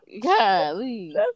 Golly